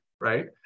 right